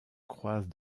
croisent